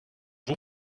vous